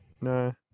No